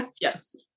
yes